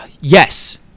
Yes